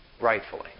Rightfully